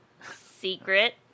secret